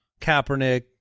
Kaepernick